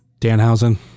Danhausen